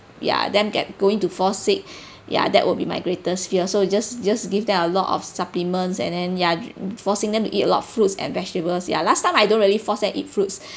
ya then get going to fall sick ya that would be my greatest fear so just just give them a lot of supplements and then ya forcing them to eat a lot of fruits and vegetables ya last time I don't really force them eat fruits